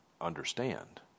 understand